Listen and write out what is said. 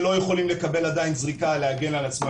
שלא יכולים לקבל עדיין זריקה להגן על עצמם